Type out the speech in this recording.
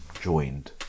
joined